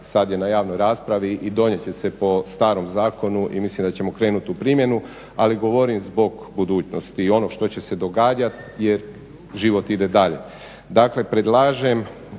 sad je na javnoj raspravi i donijet će se po starom zakonu i mislim da ćemo krenut u primjeni ali govorim zbog budućnosti i ono što će se događat jer život ide dalje.